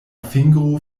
fingro